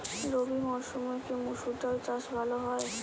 রবি মরসুমে কি মসুর ডাল চাষ ভালো হয়?